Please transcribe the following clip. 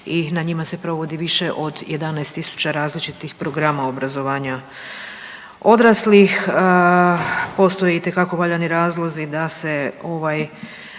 i na njima se provodi više od 11.000 različitih programa obrazovanja odraslih. Postoje itekako valjani razlozi da se